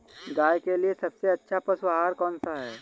गाय के लिए सबसे अच्छा पशु आहार कौन सा है?